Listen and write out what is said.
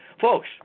Folks